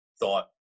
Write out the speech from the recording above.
thought